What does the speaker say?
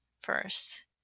first